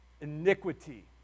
iniquity